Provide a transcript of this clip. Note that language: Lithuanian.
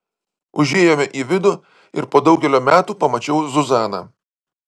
užėjome į vidų ir po daugelio metų pamačiau zuzaną